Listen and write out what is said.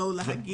לא להגיע.